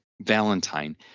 Valentine